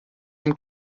dem